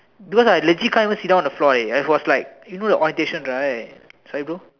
because I legit can't even sit down on the floor I was like you know the orientation right sorry bro